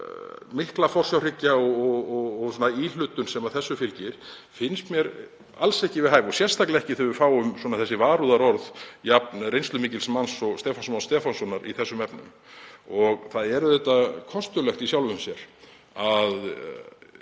mikla forsjárhyggja og íhlutun sem þessu fylgir alls ekki við hæfi og sérstaklega ekki þegar við fáum varúðarorð jafn reynslumikils manns og Stefáns Más Stefánssonar í þessum efnum. Það er auðvitað kostulegt í sjálfu sér að